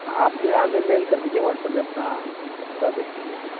ہاں آپ جو ہے ہمیں میل کر دیجیے واٹس ایپ میں اپنا پتّہ بھیج دیجیے